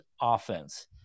offense